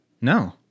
No